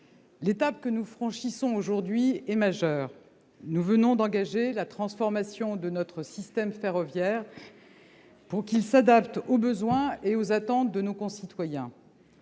l'étape que nous franchissons aujourd'hui est majeure. Nous venons d'engager la transformation de notre système ferroviaire, pour qu'il s'adapte aux besoins et aux attentes de nos concitoyens.